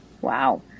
Wow